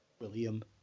William